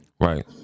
Right